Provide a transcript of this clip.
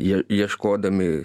ie ieškodami